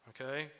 Okay